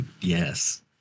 Yes